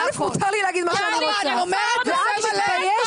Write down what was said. מותר לי להגיד מה שאני רוצה ואת מתביישת.